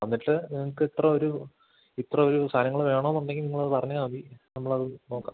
എന്നിട്ട് നമുക്ക് ഇത്ര ഒരു ഇത്ര ഒരു സാധനങ്ങൾ വേണമെന്നുണ്ടെങ്കിൽ നിങ്ങൾ അത് പറഞ്ഞാൽ മതി നമ്മൾ അത് നോക്കാം